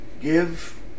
give